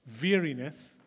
weariness